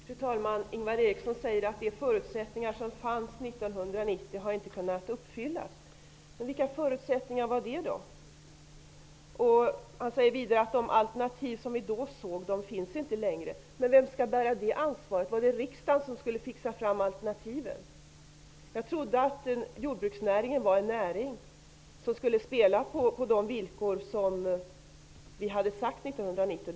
Fru talman! Ingvar Eriksson säger att de förutsättningar som fanns 1990 inte har kunnat uppfyllas. Vilka förutsättningar var det? Han säger vidare att de alternativ vi då såg inte längre finns. Vem skall bära det ansvaret? Var det riksdagen som skulle fixa fram alternativen? Jag trodde att jordbruksnäringen skulle spela på de villkor vi hade satt upp 1990.